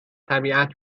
طبیعت